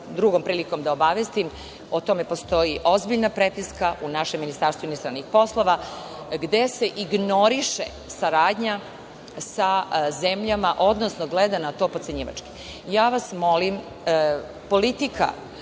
drugom prilikom da obavestim, o tome postoji ozbiljna prepiska u našem Ministarstvu inostranih poslova gde se ignoriše saradnja sa zemljama, odnosno gleda na to potcenjivački. Ja vas molim, politika